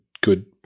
good